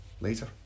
later